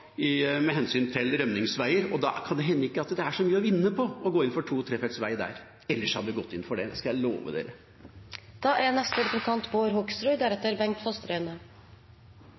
med hensyn til rømningsveier, og da kan det hende at det ikke er så veldig mye å vinne på å gå inn for to- eller trefeltsvei der – ellers hadde vi gått inn for det, det skal jeg love dere.